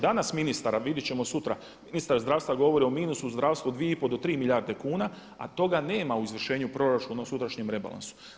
Danas ministar a vidjet ćemo sutra ministar zdravstva govori o minusu u zdravstvu od 2,5 do 3 milijarde kuna a toga nema u izvršenju proračuna u sutrašnjem rebalansu.